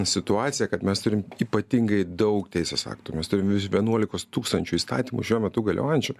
situacija kad mes turim ypatingai daug teisės aktų mes turim virš vienuolikos tūkstančių įstatymų šiuo metu galiojančių